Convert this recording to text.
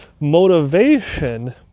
Motivation